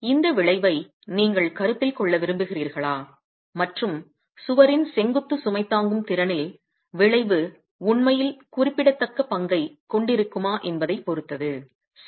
இந்த விளைவை நீங்கள் கருத்தில் கொள்ள விரும்புகிறீர்களா மற்றும் சுவரின் செங்குத்து சுமை தாங்கும் திறனில் விளைவு உண்மையில் குறிப்பிடத்தக்க பங்கைக் கொண்டிருக்குமா என்பதைப் பொறுத்தது சரி